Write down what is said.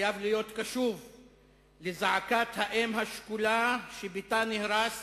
חייב להיות קשוב לזעקת האם השכולה שביתה נהרס